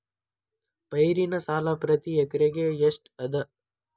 ಪೈರಿನ ಸಾಲಾ ಪ್ರತಿ ಎಕರೆಗೆ ಎಷ್ಟ ಅದ?